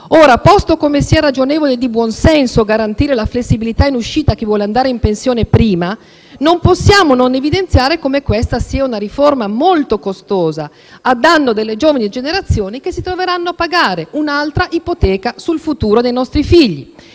Ora, posto che sia ragionevole e di buon senso garantire la flessibilità in uscita a chi vuole andare in pensione prima, non possiamo non evidenziare come questa sia una riforma molto costosa, a danno delle giovani generazioni che si troveranno a pagare un'altra ipoteca sul futuro dei nostri figli.